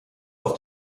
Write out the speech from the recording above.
auf